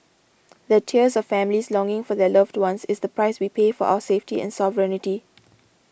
the tears of families longing for their loved ones is the price we pay for our safety and sovereignty